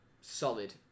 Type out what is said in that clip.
solid